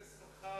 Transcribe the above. זו סככה